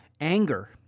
anger